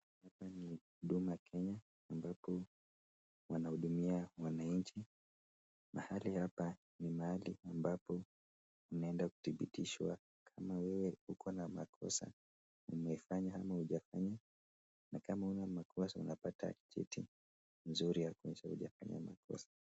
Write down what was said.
Hapa ni Huduma Kenya ambapo wanahudumia wananchi. Mahali hapa ni mahali ambapo unaenda kudhibitishwa kama wewe uko na makosa, umefanya au hujafanya. Na kama huna makosa unapata cheti nzuri kuonyesha hujafanya makosa.